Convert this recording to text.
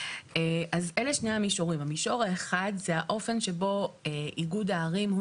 אלה שני המישורים: המישור האחד זה האופן שבו איגוד הערים הוא